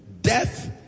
Death